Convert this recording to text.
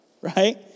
Right